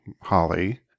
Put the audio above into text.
Holly